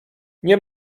nie